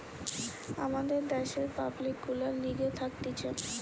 আমাদের দ্যাশের পাবলিক গুলার লিগে থাকতিছে